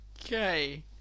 Okay